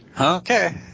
Okay